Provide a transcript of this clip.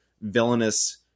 villainous